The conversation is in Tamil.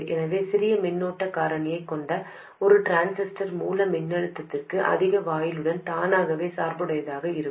எனவே சிறிய மின்னோட்டக் காரணியைக் கொண்ட ஒரு டிரான்சிஸ்டர் மூல மின்னழுத்தத்திற்கு அதிக வாயிலுடன் தானாகவே சார்புடையதாக இருக்கும்